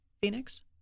Phoenix